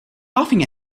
laughing